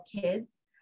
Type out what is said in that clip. kids